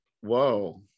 whoa